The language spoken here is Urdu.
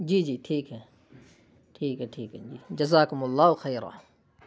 جی جی ٹھیک ہے ٹھیک ہے ٹھیک ہے جی جزاکم اللہ خیرا